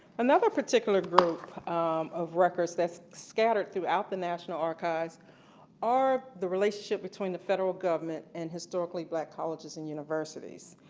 another particular group of records that are scattered throughout the national archives are the relationship between the federal government and historically black colleges and universities.